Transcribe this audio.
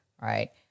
right